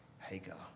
Hagar